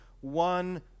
one